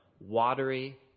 watery